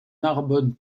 narbonne